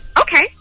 Okay